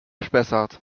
spessart